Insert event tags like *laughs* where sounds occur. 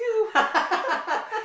*laughs*